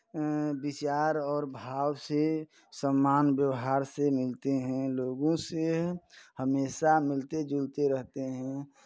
विचार और भाव से सम्मान व्यवहार से मिलते हैं लोगो से हमेशा मिलते जुलते रहते हैं